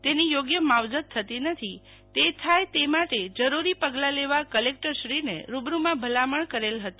તેની યોગ્ય માવજત થતી નથી તે થાય તે માટે જરૂરી પગલા લેવા કલેકટરશ્રીને રૂબરૂમાં ભલામણ કરેલી હતી